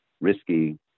risky